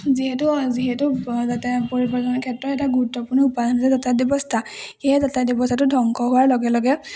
যিহেতু যিহেতু যাতায়ত পৰিৱৰ্তনৰ ক্ষেত্ৰত এটা গুৰুত্বপূৰ্ণ উপাদান হৈছে যাতায়াত ব্যৱস্থা সেয়েহে যাতায়াত ব্যৱস্থাটো ধ্বংস হোৱাৰ লগে লগে